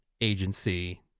agency